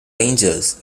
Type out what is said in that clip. rangers